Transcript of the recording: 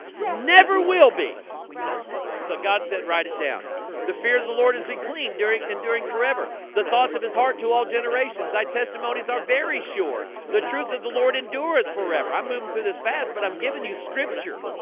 never will be so god said write it down the fear of the lord is he clean during and during forever the thoughts of his heart to all generations i testimonies are very sure the truth of the lord endureth forever. i'm moving through this fast, but i'm giving you scripture